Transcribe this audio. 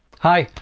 hi,